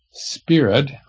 spirit